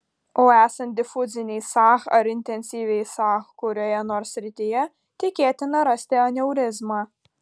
o esant difuzinei sah ar intensyviai sah kurioje nors srityje tikėtina rasti aneurizmą